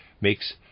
makes